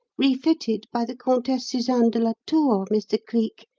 refitted by the comtesse susanne de la tour, mr. cleek,